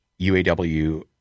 UAW